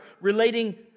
relating